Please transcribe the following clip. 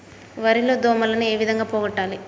వరి లో దోమలని ఏ విధంగా పోగొట్టాలి?